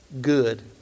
good